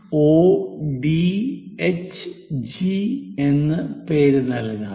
A B E F C O D H G എന്ന് പേര് നൽകാം